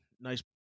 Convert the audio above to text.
nice